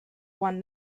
one